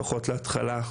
לפחות כהישג ראשוני,